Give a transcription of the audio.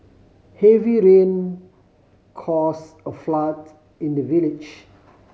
heavy rain cause a flood in the village